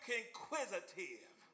inquisitive